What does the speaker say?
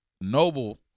noble